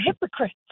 hypocrites